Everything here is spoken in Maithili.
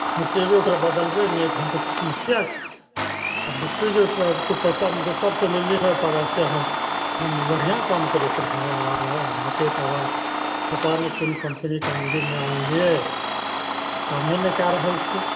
हटेबय ओकरा बदलबय नहि तखन तऽ समस्या छै आब देखियौ जे ओतबे पैसामे दोसर तऽ लेल नहि तवासँ अहाँ बढ़िआँ काम करैत रहय अहाँके तवा पता ने कोन कम्पनीके अनलियै नहि अनलियै कामे नहि कए रहल छै